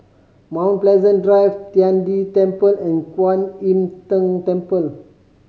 Mount Pleasant Drive Tian De Temple and Kwan Im Tng Temple